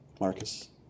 Marcus